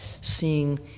seeing